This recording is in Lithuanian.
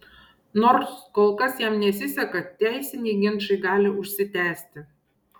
nors kol kas jam nesiseka teisiniai ginčai gali užsitęsti